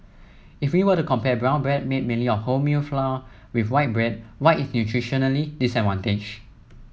if we were to compare brown bread made mainly of wholemeal flour with white bread white is nutritionally disadvantaged